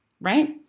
right